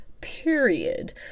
period